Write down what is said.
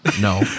No